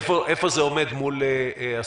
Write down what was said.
איפה זה עומד מול אסותא?